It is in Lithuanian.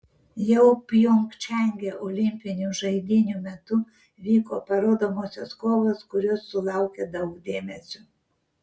jau pjongčange olimpinių žaidynių metu vyko parodomosios kovos kurios sulaukė daug dėmesio